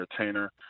entertainer